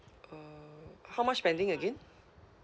uh how much spending again